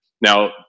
Now